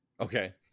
Okay